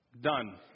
Done